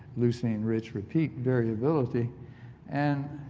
lucine rich repeat variability and